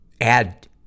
add